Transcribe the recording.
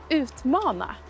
utmana